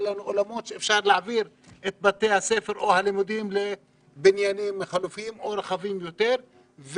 אין להם אולמות שאפשר להעביר את הלימודים לבניינים חלופיים ורחבים יותר.